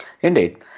Indeed